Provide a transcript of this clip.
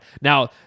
Now